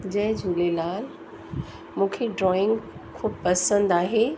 जय झूलेलाल मूंखे ड्रॉइंग ख़ूब पसंदि आहे